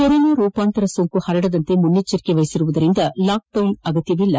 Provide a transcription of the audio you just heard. corona ರೂಪಾಂತರ ಸೋಂಕು ಹರಡದಂತೆ ಮುನ್ನೆಚ್ಚರಿಕೆ ವಹಿಸಿರುವುದರಿಂದ ಲಾಕ್ ಡೌನ್ ಅವಶ್ಯಕತೆಯಿಲ್ಲ